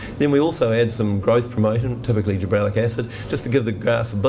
then we also add some growth promotant typically gibberellic acid just to give the grass a but